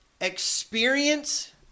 experience